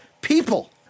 people